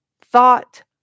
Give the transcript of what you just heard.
thought